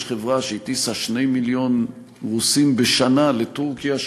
יש חברה שהטיסה 2 מיליון רוסים בשנה לטורקיה,